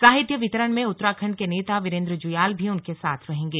साहित्य वितरण में उत्तराखंड के नेता विरेन्द्र जुयाल भी उनके साथ रहेंगे